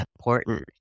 important